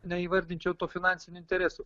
neįvardinčiau to finansiniu interesu